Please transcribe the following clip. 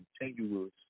continuous